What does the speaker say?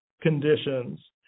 conditions